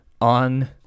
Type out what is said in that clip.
on